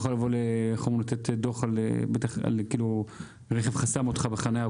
היא יכולה לבוא ולתת דוח לרכב שחסם אותך בחניה,